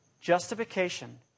Justification